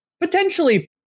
potentially